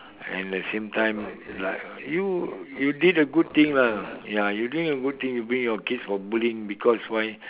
and at the same time like you you did a good thing lah ya you doing a good thing you bring your kids for bowling because why